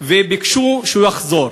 וביקשו שהוא יחזור.